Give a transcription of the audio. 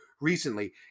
recently